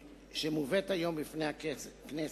שמובאת היום לפני הכנסת,